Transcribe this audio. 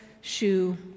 shoe